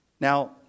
Now